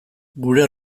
gure